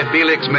Felix